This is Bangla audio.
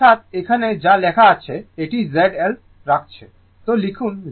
অর্থাৎ এখানে যা লেখা আছে এটি Z L রাখছে